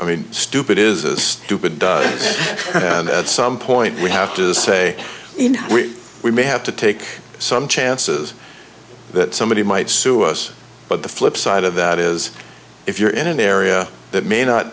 i mean stupid is as stupid and at some point we have to say in which we may have to take some chances that somebody might sue us but the flipside of that is if you're in an area that may not